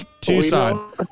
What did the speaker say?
Tucson